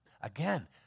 Again